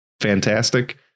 fantastic